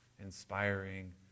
inspiring